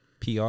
PR